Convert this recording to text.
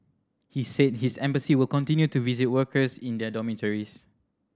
he said his embassy will continue to visit workers in their dormitories